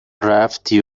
رفتی